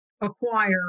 acquire